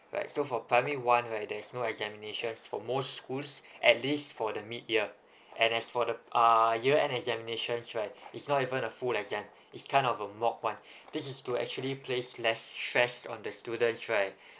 right so for primary one right there's no examination for most schools at least for the mid year and as for the uh year end examinations right it's not even a full exam it's kind of a mock one this is to actually place less stress on the students right